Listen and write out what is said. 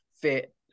fit